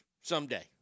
Someday